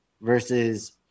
versus